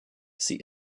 sie